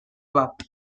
bat